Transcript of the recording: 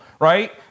right